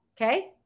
Okay